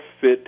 fit